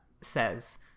says